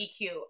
EQ